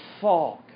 fog